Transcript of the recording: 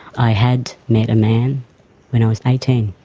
i had met a man when i was eighteen,